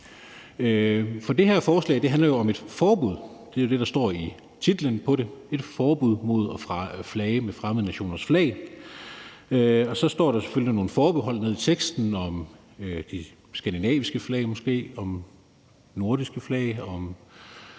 For det her forslag handler jo om et forbud. Det er jo det, der står i titlen på det. Det er det forbud mod at flage med fremmede nationers flag, og så står der selvfølgelig nogle forbehold nede i teksten om de skandinaviske flag, om nordiske flag, om